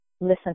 listen